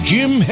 Jim